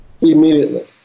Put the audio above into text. immediately